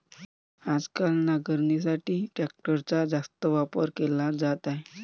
आजकाल नांगरणीसाठी ट्रॅक्टरचा जास्त वापर केला जात आहे